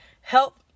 help